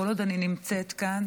כל עוד אני נמצאת כאן,